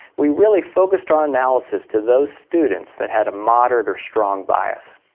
we really focused our analysis to those students that had a moderate or strong bias.